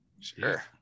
Sure